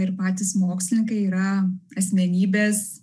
ir patys mokslininkai yra asmenybės